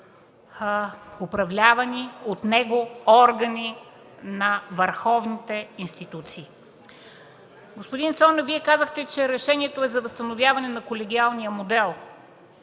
управлявани от него органи на върховните институции. Господин Цонев, Вие казахте, че решението е за възстановяване на колегиалния модел.